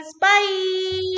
Bye